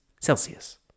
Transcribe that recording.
Celsius